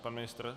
Pan ministr?